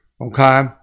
okay